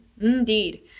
Indeed